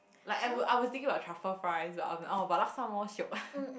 like I would I was thinking about truffle fries but I'm like oh but Laksa more shiok